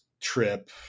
trip